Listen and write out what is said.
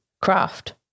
craft